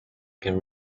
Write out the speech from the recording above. can